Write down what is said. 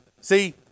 See